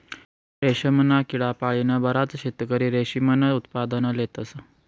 रेशमना किडा पाळीन बराच शेतकरी रेशीमनं उत्पादन लेतस